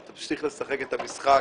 שתמשיך לשחק את המשחק